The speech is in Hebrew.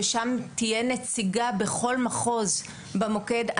ששם תהיה נציגה בכל מחוז במוקד,